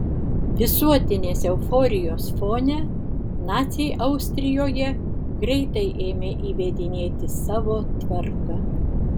visuotinės euforijos fone naciai austrijoje greitai ėmė įvedinėti savo tvarką